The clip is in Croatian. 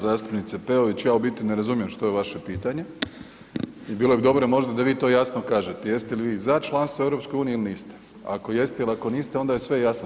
Zastupnice Peović ja u biti ne razumijem što je vaše pitanje i bilo bi dobro možda da vi to jasno kažete, jeste li vi za članstvo u EU ili niste, ako jeste ili ako niste onda je sve jasno.